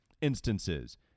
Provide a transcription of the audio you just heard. instances